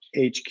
HQ